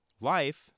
life